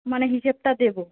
মানে হিসেবটা দেবো